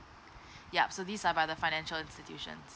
ya so this are by the financial institutions